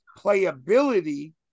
playability